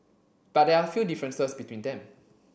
but there are a few differences between them